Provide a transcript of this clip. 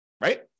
Right